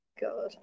God